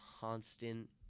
constant